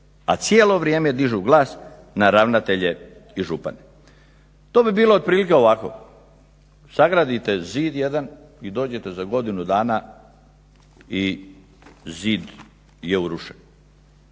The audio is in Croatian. a cijelo vrijeme dižu glas na ravnatelje i župane.“ To bi bilo otprilike ovako, sagradite zid jedan i dođete za godinu dana i zid je urušen.